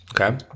Okay